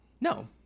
No